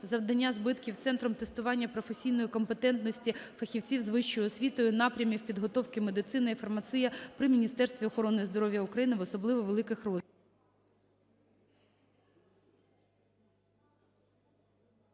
завдання збитків "Центром тестування професійної компетентності фахівців з вищою освітою напрямів підготовки "Медицина" і "Фармація" при Міністерстві охорони здоров'я України" в особливо великих розмірах.